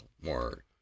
more